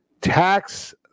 Tax